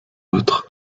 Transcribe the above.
outre